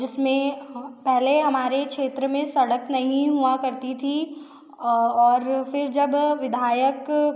जिस में पहले हमारे क्षेत्र में सड़क नहीं हुआ करती थी और फिर जब विधायक